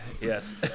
yes